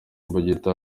imbugita